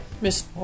Miss